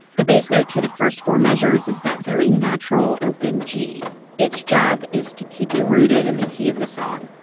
the bass note through the first four measures is that very natural open g its job is to keep you rooted in the key of the song.